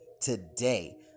today